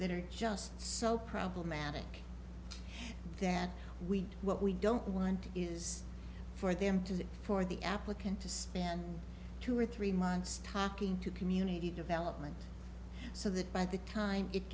that are just so problematic that we what we don't want is for them to for the applicant to spend two or three months talking to community development so that by the time it